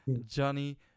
Johnny